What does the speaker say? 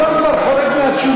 גם השר כבר חורג מהתשובה,